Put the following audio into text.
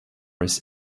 his